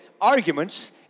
arguments